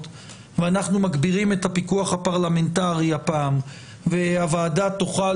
ואנחנו מגבירים את הפיקוח הפרלמנטרי הפעם והוועדה תוכל